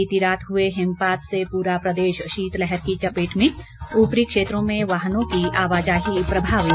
बीती रात हुए हिमपात से पूरा प्रदेश शीतलहर की चपेट में ऊपरी क्षेत्रों में वाहनों की आवाजाही प्रभावित